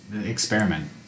experiment